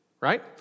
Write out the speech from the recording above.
right